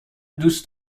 دوست